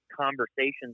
conversations